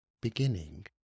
beginning